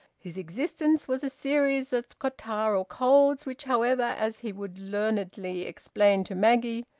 his existence was a series of catarrhal colds, which, however, as he would learnedly explain to maggie,